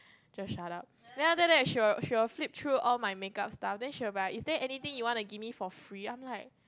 just shut up then after that she will she will flip through all my makeup stuff then she will be like is there anything you want to give me for free I'm like